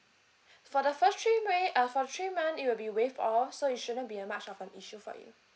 for the first three way uh for three months it will be waive off so you shouldn't be that much of an issue for you